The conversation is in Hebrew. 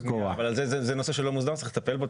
זה נושא שלא מוסדר וצריך לטפל בו.